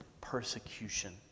persecution